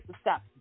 stop